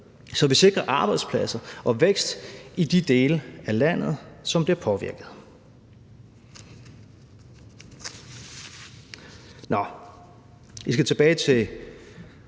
så vi sikrer arbejdspladser og vækst i de dele af landet, som bliver påvirket.